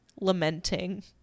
lamenting